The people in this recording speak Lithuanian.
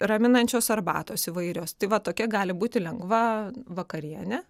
raminančios arbatos įvairios tai va tokia gali būti lengva vakarienė